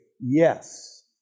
yes